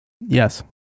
yes